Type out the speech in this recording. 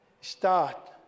Start